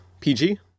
PG